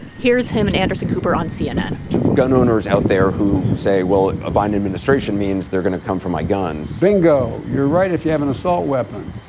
here's him and anderson cooper on cnn to gun owners out there who say, well, a biden administration means they're going to come for my guns. bingo. you're right if you have an assault weapon.